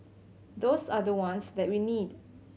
those are the ones that we need